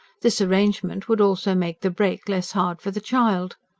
this arrangement would also make the break less hard for the child.